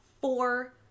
Four